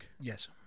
Yes